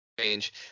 change